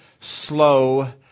slow